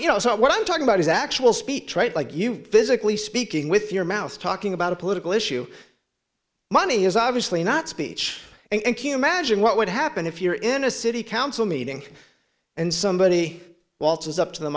you know what i'm talking about is actual speech right like you physically speaking with your mouth talking about a political issue money is obviously not speech and q magine what would happen if you're in a city council meeting and somebody waltzes up to the